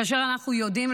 כאשר אנחנו יודעים,